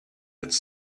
its